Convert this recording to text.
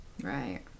Right